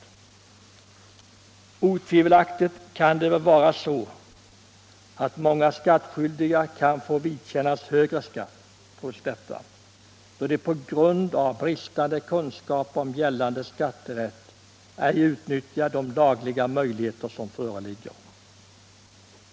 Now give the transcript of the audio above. Jag tycker att detta är glädjande. Otvivelaktigt kan många skattskyldiga trots detta komma att drabbas av högre skatt än nödvändigt då de på grund av bristande kunskaper om gällande skatterätt ej utnyttjar de lagliga möjligheter som föreligger.